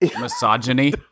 misogyny